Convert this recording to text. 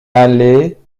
allait